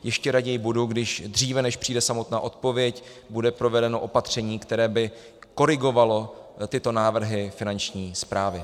A ještě raději budu, když dříve, než přijde samotná odpověď, bude provedeno opatření, které by korigovalo tyto návrhy Finanční správy.